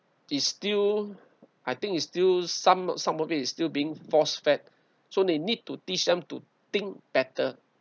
it's still I think it's still some some of it is still being force fed so they need to teach them to think better